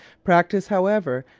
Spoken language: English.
practice, however,